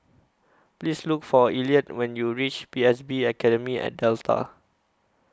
Please Look For Elliott when YOU REACH P S B Academy At Delta